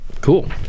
Cool